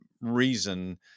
reason